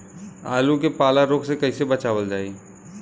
आलू के पाला रोग से कईसे बचावल जाई?